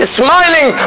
smiling